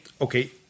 okay